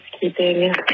keeping